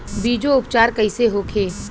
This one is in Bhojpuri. बीजो उपचार कईसे होखे?